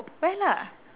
wear lah